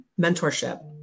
mentorship